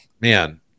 man